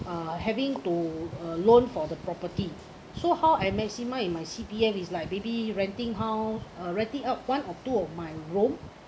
uh having to uh loan for the property so how I maximize my C_P_F is like maybe renting house uh renting out one or two of my home